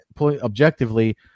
objectively